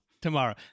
tomorrow